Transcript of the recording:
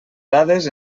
dades